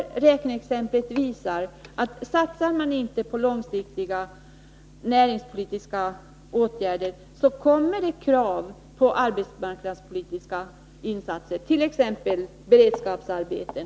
Detta räkneexempel visar att satsar man inte på långsiktiga näringspolitiska åtgärder uppstår det krav på arbetsmarknadspolitiska insatser, t.ex. beredskapsarbeten.